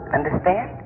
Understand